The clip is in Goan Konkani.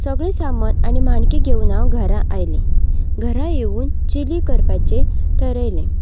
सगळें सामान आनी माणक्यो घेवन हांव घरा आयलें घरा येवन चिली करपाचें थरयलें